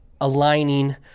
aligning